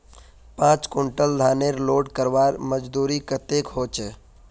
पाँच कुंटल धानेर लोड करवार मजदूरी कतेक होचए?